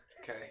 Okay